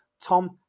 Tom